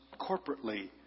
corporately